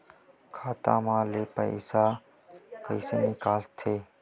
खाता मा ले पईसा कइसे निकल थे?